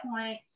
point